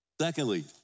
Secondly